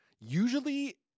usually